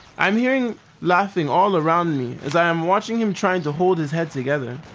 i'm hearing laughing all around me as i am watching him trying to hold his head together.